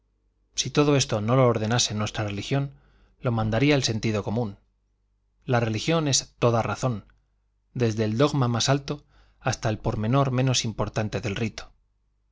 si todo esto no lo ordenase nuestra religión lo mandaría el sentido común la religión es toda razón desde el dogma más alto hasta el pormenor menos importante del rito